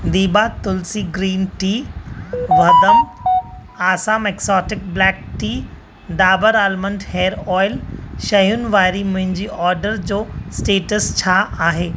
दिभा Tulsi green tea बादाम Assam exotic black tea Dabur almond hair oil शयुनि वारी मुंहिंजी ऑडर जो स्टेटस छा आहे